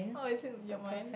oh it's in your mind